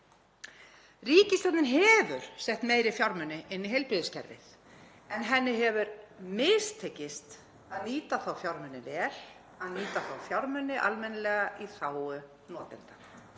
Ríkisstjórnin hefur sett meiri fjármuni inn í heilbrigðiskerfið en henni hefur mistekist að nýta þá fjármuni vel, að nýta þá fjármuni almennilega í þágu notenda.